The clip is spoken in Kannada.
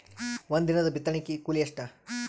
ಒಂದಿನದ ಬಿತ್ತಣಕಿ ಕೂಲಿ ಎಷ್ಟ?